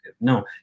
No